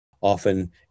often